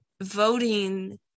voting